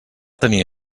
tenir